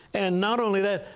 and not only that,